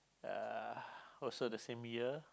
uh also the same year